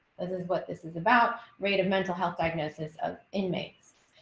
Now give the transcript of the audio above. this is what this is about. rate of mental health diagnosis of inmates.